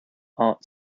art